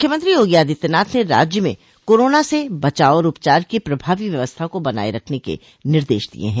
मुख्यमंत्री योगी आदित्यनाथ ने राज्य में कोरोना से बचाव और उपचार की प्रभावी व्यवस्था को बनाये रखने को निर्देश दिये हैं